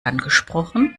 angesprochen